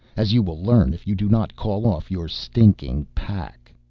as you will learn if you do not call off your stinking pack.